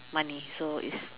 money so is